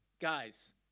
guys